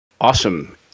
Awesome